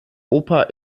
oper